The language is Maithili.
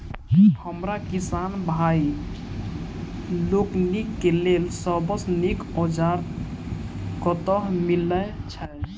हमरा किसान भाई लोकनि केँ लेल सबसँ नीक औजार कतह मिलै छै?